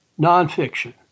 nonfiction